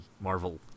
Marvel